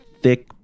thick